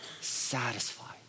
satisfied